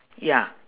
ya